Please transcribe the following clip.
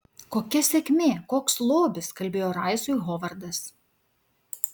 kokia sėkmė koks lobis kalbėjo raisui hovardas